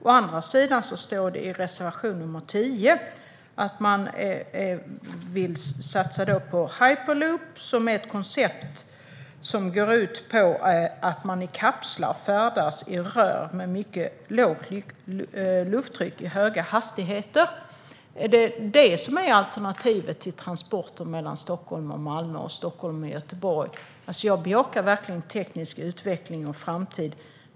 Å andra sidan står det i reservation 10 att de vill satsa på hyperloop, som är ett koncept som går ut på att man i kapslar färdas i ett rör med mycket lågt lufttryck i höga hastigheter. Är det detta som är alternativet till transporter mellan Stockholm och Malmö och Stockholm och Göteborg? Jag bejakar verkligen teknisk utveckling och framtid.